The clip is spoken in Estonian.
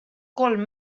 kolm